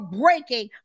breaking